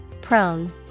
Prone